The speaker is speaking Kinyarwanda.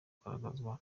kugaragazwa